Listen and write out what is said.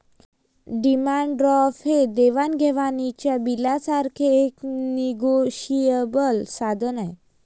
demand draft हे देवाण घेवाणीच्या बिलासारखेच एक निगोशिएबल साधन आहे